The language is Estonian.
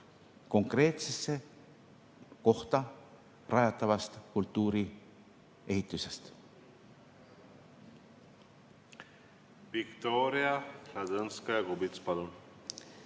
konkreetsesse kohta rajatavast kultuuriehitisest.